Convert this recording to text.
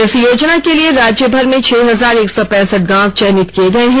इस योजना के लिए राज्यभर में छह हजार एक सौ पैंसठ गांव चयनित किए गए हैं